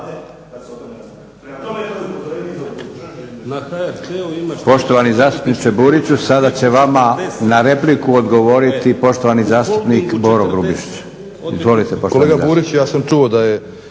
Poštovani zastupniče Buriću, sada će vama na repliku odgovoriti poštovani zastupnik Boro Grubišić. Izvolite poštovani zastupniče.